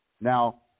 Now